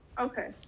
Okay